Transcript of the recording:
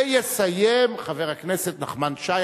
ויסיים חבר הכנסת נחמן שי,